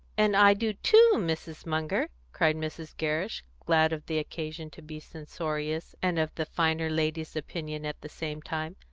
and i do too, mrs. munger! cried mrs. gerrish, glad of the occasion to be censorious and of the finer lady's opinion at the same time.